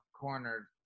cornered